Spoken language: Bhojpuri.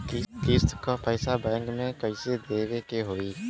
किस्त क पैसा बैंक के कइसे देवे के होई?